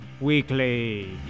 weekly